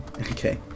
Okay